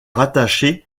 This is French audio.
rattachée